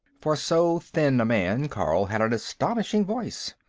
for so thin a man, carl had an astonishing voice.